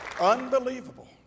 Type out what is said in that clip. Unbelievable